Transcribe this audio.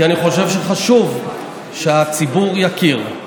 כי אני חושב שחשוב שהציבור יכיר.